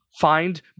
find